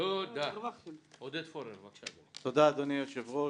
זאת אומרת, אדוני היושב ראש,